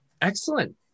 excellent